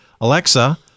alexa